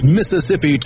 Mississippi